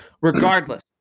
Regardless